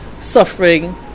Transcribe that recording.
suffering